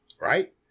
Right